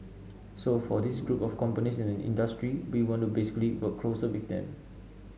so for these group of companies in the industry we want to basically work closer with them